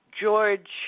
George